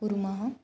कुर्मः